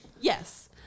yes